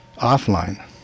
offline